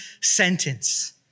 sentence